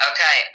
Okay